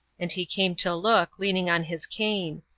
and he came to look, leaning on his cane.